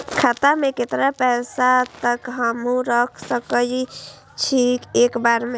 खाता में केतना पैसा तक हमू रख सकी छी एक बेर में?